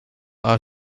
are